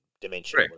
dimension